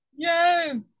Yes